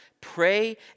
pray